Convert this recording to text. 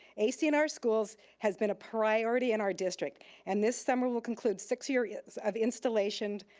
ac in our schools has been a priority in our district and this summer will conclude six years of installation,